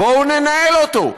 בואו ננהל אותו,